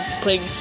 playing